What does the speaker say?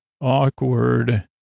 awkward